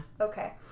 Okay